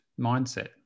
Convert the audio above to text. mindset